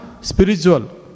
spiritual